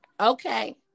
Okay